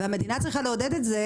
והמדינה צריכה לעודד את זה,